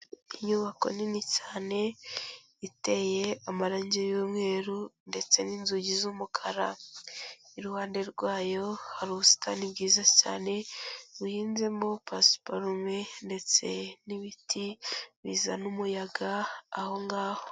Inyubako nini cyane iteye amarangi y'umweru ndetse n'inzugi z'umukara. Iruhande rwayo hari ubusitani bwiza cyane buhinzemo pasiparume ndetse n'ibiti bizana umuyaga aho ngaho.